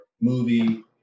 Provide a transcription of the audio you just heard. movie